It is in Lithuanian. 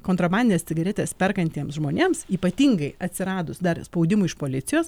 kontrabandines cigaretes perkantiems žmonėms ypatingai atsiradus dar spaudimui iš policijos